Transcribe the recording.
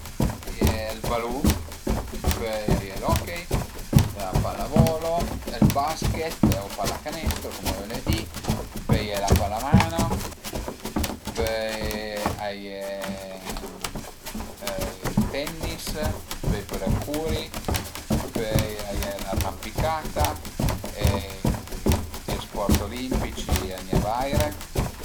A ie ël balun, pöi a ie l'hockey, la pallavolo, êl basket o pallacanestro, cume völe di, pöi a ie la pallamano, pöi a ie ël tennis, pöi pöle curi, pöi a ie l'arrampicata e tüti i sport olimpici, a i n'a ie vaire